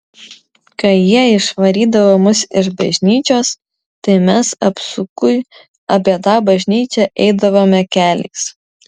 kai jie išvarydavo mus iš bažnyčios tai mes apsukui apie tą bažnyčią eidavome keliais